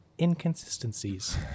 inconsistencies